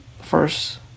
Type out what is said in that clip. first